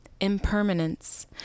impermanence